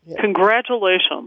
congratulations